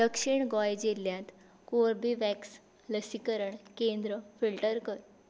दक्षिण गोंय जिल्ल्यांत कोर्बेवॅक्स लसीकरण केंद्र फिल्टर कर